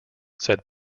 said